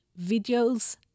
videos